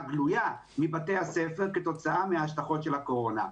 גלויה מבתי הספר כתוצאה מההשלכות של הקורונה.